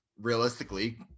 realistically